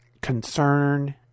concern